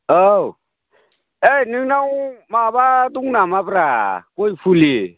औ ओइ नोंनाव माबा दं नामाब्रा गय फुलि